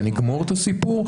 ונגמור את הסיפור,